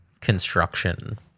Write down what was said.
construction